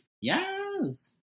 Yes